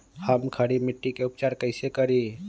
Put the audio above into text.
हम खड़ी मिट्टी के उपचार कईसे करी?